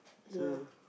ya